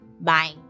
bye